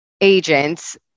agents